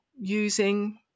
using